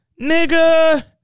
nigga